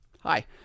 Hi